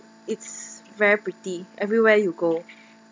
it's very pretty everywhere you go